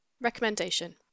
Recommendation